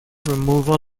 removal